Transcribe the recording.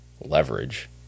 leverage